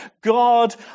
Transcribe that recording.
God